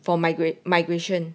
for migrate migration